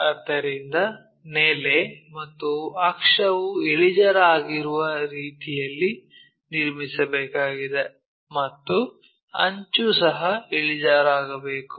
ಆದ್ದರಿಂದ ನೆಲೆ ಮತ್ತು ಅಕ್ಷವು ಇಳಿಜಾರಾಗಿರುವ ರೀತಿಯಲ್ಲಿ ನಿರ್ಮಿಸಬೇಕಾಗಿದೆ ಮತ್ತು ಅಂಚು ಸಹ ಇಳಿಜಾರಾಗಿರಬೇಕು